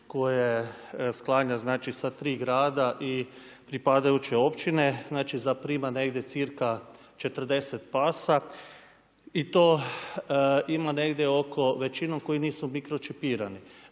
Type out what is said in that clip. koje sklanja sa 3 grada i pripadajuće općine, zaprima negdje cirka 40 pasa, i to ima negdje oko većinu koji nisu mikročipirani.